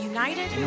United